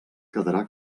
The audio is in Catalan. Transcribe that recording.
quedarà